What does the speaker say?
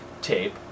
Tape